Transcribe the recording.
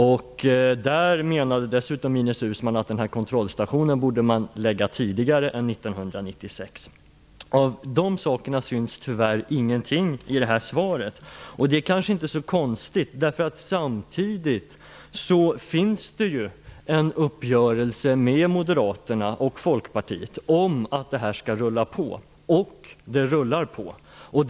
Ines Uusmann menade där dessutom att kontrollstationen borde läggas in före 1996. Av dessa uttalanden syns tyvärr ingenting i frågesvaret. Det kanske inte är så konstigt, eftersom det samtidigt finns en uppgörelse med Moderaterna och Folkpartiet om att det här skall rulla på. Det rullar verkligen på.